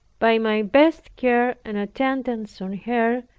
by my best care and attendance on her,